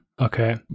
okay